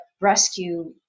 rescue